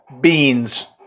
Beans